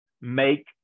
make